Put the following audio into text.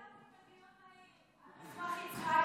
לדיון מהיר על מסמך יצחקי.